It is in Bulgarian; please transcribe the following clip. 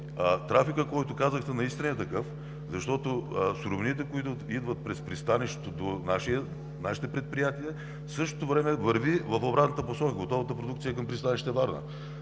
трафикът, за който казахте, наистина е такъв – суровините, които идват от пристанището до нашите предприятия, в същото време върви в обратната посока – готовата продукция, към пристанище Варна.